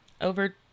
Over